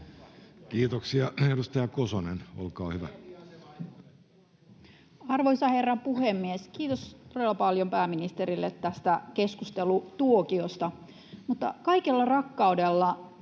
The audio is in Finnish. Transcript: Kiitoksia. — Edustaja Kosonen, olkaa hyvä. Arvoisa herra puhemies! Kiitos todella paljon pääministerille tästä keskustelutuokiosta, mutta kaikella rakkaudella: